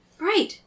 Right